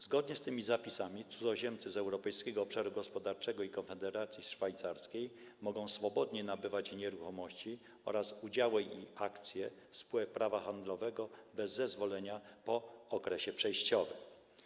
Zgodnie z tymi zapisami cudzoziemcy z Europejskiego Obszaru Gospodarczego i Konfederacji Szwajcarskiej mogą swobodnie nabywać nieruchomości oraz udziały i akcje spółek prawa handlowego, bez zezwolenia, po okresie przejściowym.